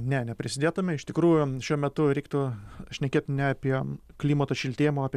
ne neprisidėtume iš tikrųjų šiuo metu reiktų šnekėt ne apie klimato šiltėjimą o apie